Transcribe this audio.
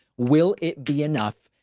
will it be enough?